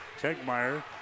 Tegmeyer